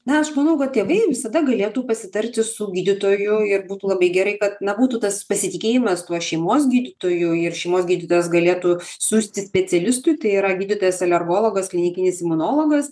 na aš manau kad tėvai visada galėtų pasitarti su gydytoju ir būtų labai gerai kad na būtų tas pasitikėjimas tuo šeimos gydytoju ir šeimos gydytojas galėtų siųsti specialistui tai yra gydytojas alergologas klinikinis imunologas